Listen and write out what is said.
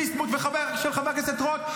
האדישות שלך ושל חבר הכנסת ביסמוט ושל חבר הכנסת רוט,